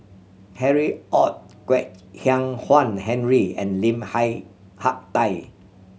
Harry Ord Kwek Hian Chuan Henry and Lim Hi Hak Tai